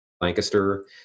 Lancaster